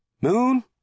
Moon